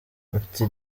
ati